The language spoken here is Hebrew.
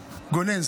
גונן,